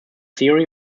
theory